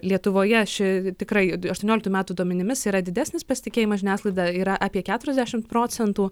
lietuvoje ši tikrai aštuonioliktų metų duomenimis yra didesnis pasitikėjimas žiniasklaida yra apie keturiasdešimt procentų